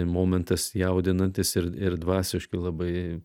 momentas jaudinantis ir ir dvasiškai labai